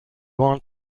want